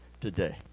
today